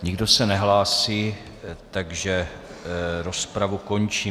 Nikdo se nehlásí, takže rozpravu končím.